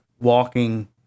walking